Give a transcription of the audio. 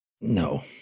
no